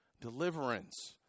deliverance